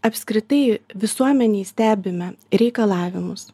apskritai visuomenėj stebime reikalavimus